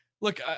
Look